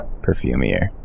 perfumier